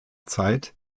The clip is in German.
zeit